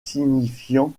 signifiant